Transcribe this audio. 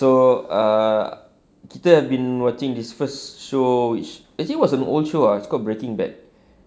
so ah kita have been watching this first show which actually was an old show ah it's called breaking bad